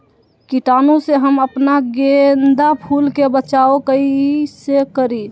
कीटाणु से हम अपना गेंदा फूल के बचाओ कई से करी?